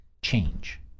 change